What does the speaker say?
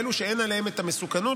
לאלו שאין מהם מסוכנות,